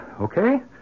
okay